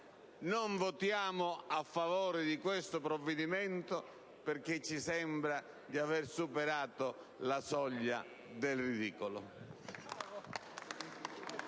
non votiamo a favore di questo provvedimento perché ci sembra di aver superato la soglia del ridicolo.